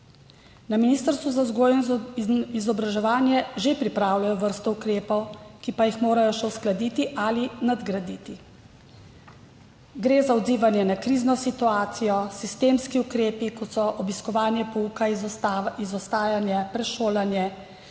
Na Ministrstvu za vzgojo in izobraževanje že pripravljajo vrsto ukrepov, ki pa jih morajo še uskladiti ali nadgraditi. Gre za odzivanje na krizno situacijo, sistemske ukrepe, kot so obiskovanje pouka, izostajanje, prešolanje,